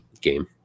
game